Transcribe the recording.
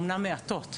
אמנם מעטות,